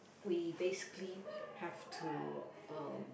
we basically have to um